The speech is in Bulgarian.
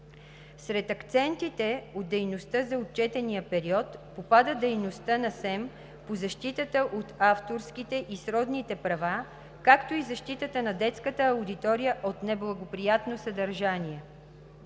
Сред акцентите от дейността за отчетния период попада дейността на СЕМ по защитата на авторските и сродните права, както и защитата на детската аудитория от неблагоприятно съдържание.